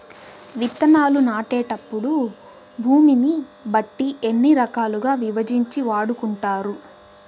విత్తనాలు నాటేటప్పుడు భూమిని బట్టి ఎన్ని రకాలుగా విభజించి వాడుకుంటారు?